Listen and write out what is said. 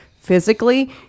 physically